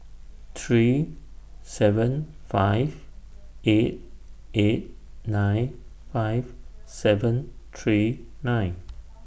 three seven five eight eight nine five seven three nine